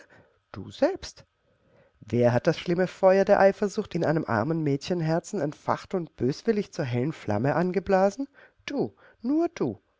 du selbst wer hat das schlimme feuer der eifersucht in einem armen mädchenherzen entfacht und böswillig zur hellen flamme angeblasen du nur du